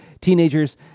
teenagers